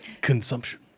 Consumption